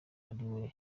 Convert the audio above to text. ariwe